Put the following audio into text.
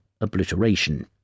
obliteration